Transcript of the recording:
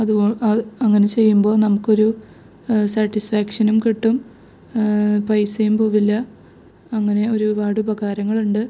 അതുകൊണ്ട് അത് അങ്ങനെ ചെയ്യുമ്പോൾ നമുക്കൊരു സ്റ്റാറ്റിസ്ഫാക്ഷനും കിട്ടും പൈസയും പോവില്ല അങ്ങനെ ഒരുപാട് ഉപകാരങ്ങളുണ്ട്